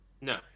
No